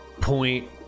point